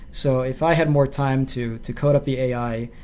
so if i had more time to to code up the ai,